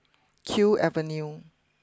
Kew Avenue